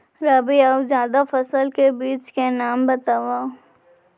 रबि अऊ जादा फसल के बीज के नाम बताव?